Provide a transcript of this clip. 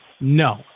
No